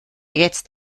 jetzt